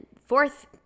fourth